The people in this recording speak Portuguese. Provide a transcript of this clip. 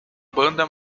banda